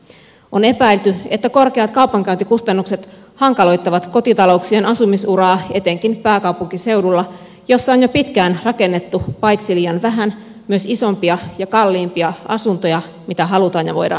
on epäilty että korkeat kaupankäyntikustannukset hankaloittavat kotitalouksien asumisuraa etenkin pääkaupunkiseudulla jossa on jo pitkään rakennettu paitsi liian vähän myös isompia ja kalliimpia asuntoja kuin mitä halutaan ja voidaan ostaa